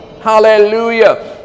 Hallelujah